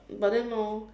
but then orh